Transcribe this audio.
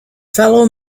fellow